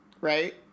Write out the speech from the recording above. right